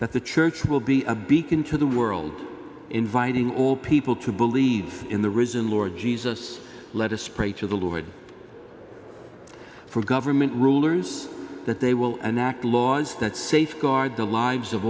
that the church will be a beacon to the world inviting all people to believe in the risen lord jesus let us pray to the lord for government rulers that they will and act laws that safeguard the lives of